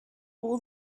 all